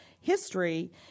history